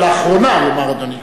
"לאחרונה" יאמר אדוני.